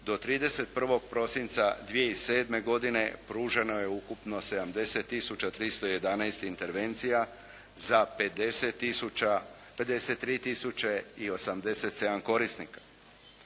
do 31. prosinca 2007. godine pruženo je ukupno 70 tisuća 311 intervencija za 53 tisuće i 87 korisnika.